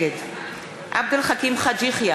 נגד עבד אל חכים חאג' יחיא,